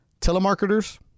telemarketers